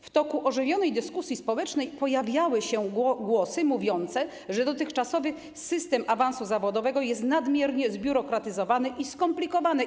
W toku ożywionej dyskusji społecznej pojawiały się głosy mówiące, że dotychczasowy system awansu zawodowego jest nadmiernie zbiurokratyzowany i skomplikowany.